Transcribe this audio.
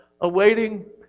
awaiting